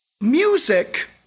Music